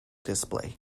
display